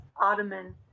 ottoman